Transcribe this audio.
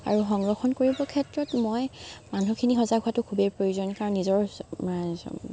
আৰু সংৰক্ষণ কৰিবৰ ক্ষেত্ৰত মই মানুহখিনি সজাগ হোৱাতো খুবেই প্ৰয়োজন কাৰণ নিজৰ